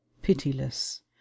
pitiless